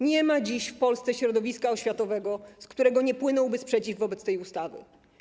Nie ma dziś w Polsce środowiska oświatowego, z którego nie płynąłby sprzeciw wobec tej ustawy.